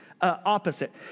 opposite